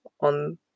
on